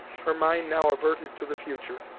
her mind now adverted to the future,